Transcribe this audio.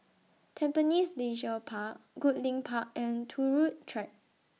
Tampines Leisure Park Goodlink Park and Turut Track